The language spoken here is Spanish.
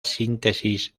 síntesis